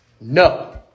No